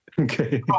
okay